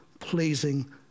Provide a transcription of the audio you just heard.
pleasing